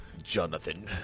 Jonathan